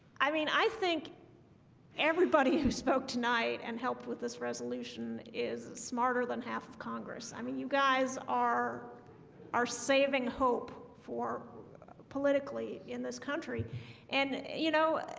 i mean i think everybody who spoke tonight and helped with this resolution is smarter than half of congress. i mean you guys are are saving hope for politically in this country and you know,